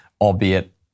albeit